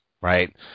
Right